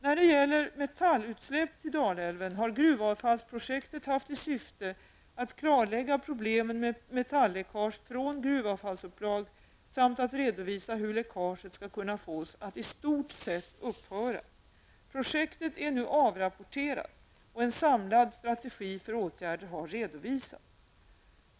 När det gäller metallutsläpp till Dalälven har gruvavfallsprojektet haft till syfte att klarlägga problemen med metalläckage från gruvavfallsupplag samt att redovisa hur läckaget skall kunna fås att i stort sett upphöra. Projektet är nu avrapporterat och en samlad strategi för åtgärder har redovisats.